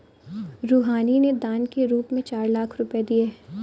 रूहानी ने दान के रूप में चार लाख रुपए दिए